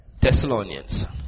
Thessalonians